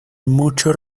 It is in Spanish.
mucho